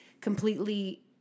completely